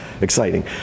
exciting